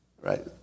Right